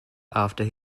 after